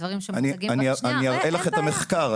דברים שמוצגים פה --- אני אראה לך את המחקר.